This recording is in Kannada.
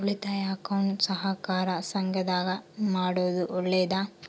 ಉಳಿತಾಯ ಅಕೌಂಟ್ ಸಹಕಾರ ಸಂಘದಾಗ ಮಾಡೋದು ಒಳ್ಳೇದಾ?